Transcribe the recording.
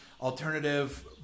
alternative